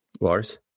Lars